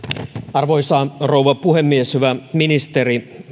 arvoisa rouva puhemies hyvä ministeri